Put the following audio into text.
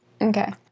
Okay